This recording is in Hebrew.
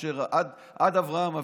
עד אברהם אבינו,